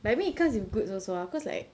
but I mean it comes with goods also ah because like